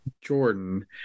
Jordan